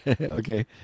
Okay